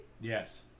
Yes